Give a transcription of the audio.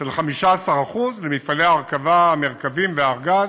של 15% במפעלי ההרכבה "המרכבים" ו"הארגז",